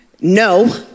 No